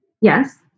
Yes